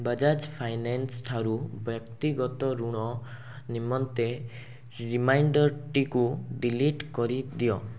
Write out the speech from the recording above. Bajaj Finance ଠାରୁ ବ୍ୟକ୍ତିଗତ ଋଣ ନିମନ୍ତେ ରିମାଇଣ୍ଡର୍ଟିକୁ ଡିଲିଟ୍ କରିଦିଅ